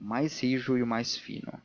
o mais rijo e o mais fino